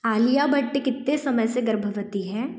आलिया भट्ट कितने समय से गर्भवती है